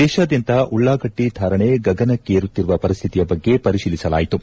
ದೇಶಾದ್ಯಂತ ಉಳ್ಳಾಗಡ್ಡಿ ಧಾರಣೆ ಗಗನಕ್ಕೇರುತ್ತಿರುವ ಪರಿಸ್ಥಿತಿಯ ಬಗ್ಗೆ ಪರಿತೀಲಿಸಲಾಯಿತು